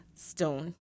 Stone